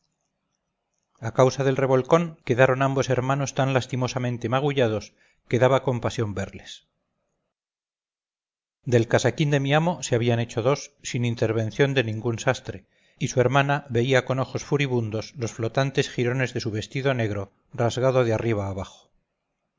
a causa del revolcón quedaron ambos hermanos tan lastimosamente magullados que daba compasión verles del casaquín de mi amo se habían hecho dos sin intervención de ningún sastre y su hermana veía con ojos furibundos los flotantes jirones de su vestido negro rasgado de arriba abajo